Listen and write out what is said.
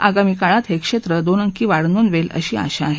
आगामी काळात हे क्षेत्र दोन अंकी वाढ नोंदवेल अशी आशा आहे